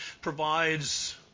provides